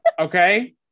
Okay